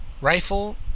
rifle